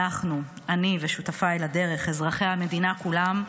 אנחנו, אני ושותפיי לדרך, אזרחי המדינה כולם,